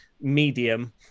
medium